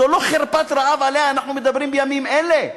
זו לא חרפת רעב שעליה אנחנו מדברים בימים אלה,